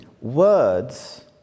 words